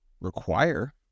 require